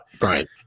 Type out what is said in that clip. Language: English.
Right